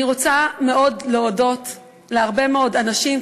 אני רוצה מאוד להודות להרבה מאוד אנשים,